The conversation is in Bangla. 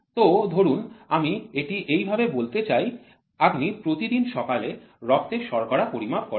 তো ধরুন আমি এটি এইভাবে বলতে চাই আপনি প্রতিদিন সকালে রক্তে শর্করা পরিমাপ করেন